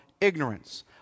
ignorance